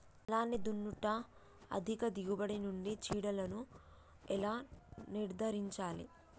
పొలాన్ని దున్నుట అధిక దిగుబడి నుండి చీడలను ఎలా నిర్ధారించాలి?